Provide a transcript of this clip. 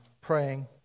praying